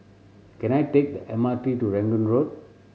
can I take the M R T to Rangoon Road